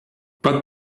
but